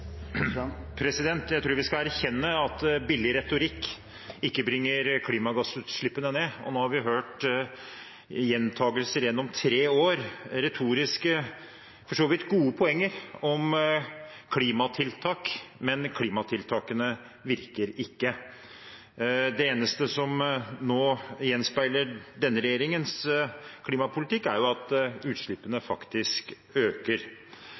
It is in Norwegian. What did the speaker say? Jeg tror vi skal erkjenne at billig retorikk ikke bringer klimagassutslippene ned, og nå har vi hørt gjentakelser gjennom tre år, retoriske og for så vidt gode poenger om klimatiltak, men klimatiltakene virker ikke. Det eneste som nå gjenspeiler denne regjeringens klimapolitikk, er at utslippene faktisk øker.